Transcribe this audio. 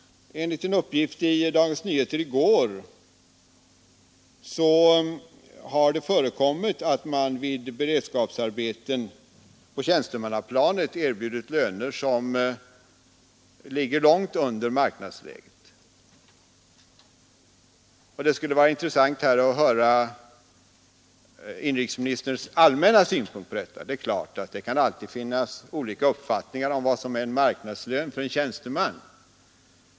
Enligt en uppgift i Dagens Nyheter i går har det förekommit att man vid beredskapsarbeten på tjänstemannaplanet erbjudit löner, som ligger långt under marknadsläget. Det skulle vara intressant att här få höra industriministerns allmänna synpunkter på detta. Det är klart att det kan finnas olika uppfattningar om vad som är marknadslön för en tjänsteman.